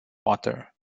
water